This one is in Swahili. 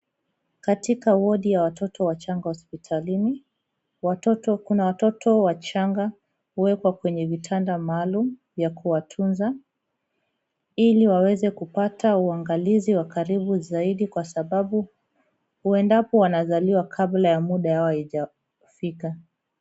Katika wodi ya watoto wachanga hospitalini, kuna watoto wachanga kuwekwa kwenye vitanda maalum ya kuwatunza ili waweze kupata uangalizi wa karibu zaidi, kwa sababu huendapo wanazaliwa kabla ya muda yao haijafika.